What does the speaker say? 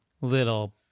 little